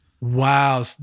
Wow